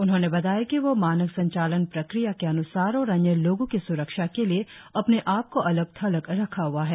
उन्होंने बताया कि वह मानक संचालन प्रक्रिया के अन्सार और अन्य लोगों की स्रक्षा के लिए अपने आप को अलग थलग रखा हआ है